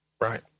Right